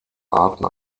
arten